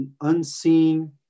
unseen